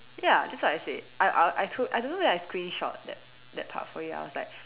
ya that's what I said I I I don't know whether I screenshot that that part for you I was like